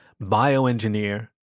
bioengineer